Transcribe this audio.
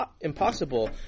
impossible